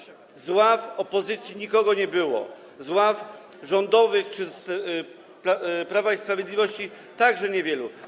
Z ław opozycji nikogo nie było, z ław rządowych czy z Prawa i Sprawiedliwości także niewielu.